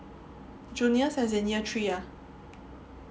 junior as in year three ah